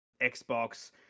Xbox